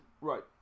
Right